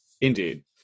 indeed